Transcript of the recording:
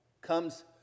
comes